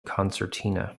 concertina